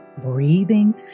breathing